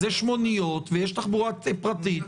אז יש מוניות ויש תחבורה פרטית.